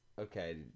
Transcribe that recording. okay